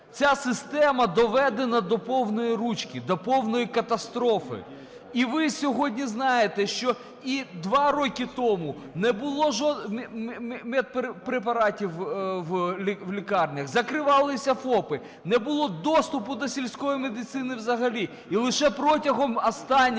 ця система доведена до повної ручки, до повної катастрофи. І ви сьогодні знаєте, що і два роки тому не було медпрепаратів в лікарнях, закривалися ФАПи, не було доступу до сільської медицини взагалі. І лише протягом останніх